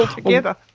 ah together.